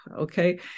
Okay